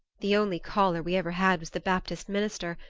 the only caller we ever had was the baptist minister,